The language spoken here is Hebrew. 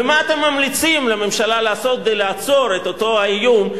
ומה אתם ממליצים לממשלה לעשות כדי לעצור את אותו האיום,